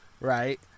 right